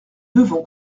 devons